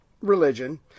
Religion